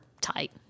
tight